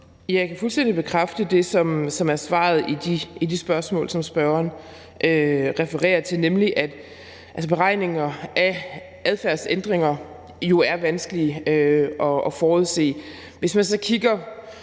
Jeg kan fuldstændig bekræfte det, som er svaret på de spørgsmål, som spørgeren refererer til, nemlig at beregninger af adfærdsændringer jo er vanskelige i forhold til at forudse det. Hvis man så kigger